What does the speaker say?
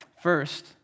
First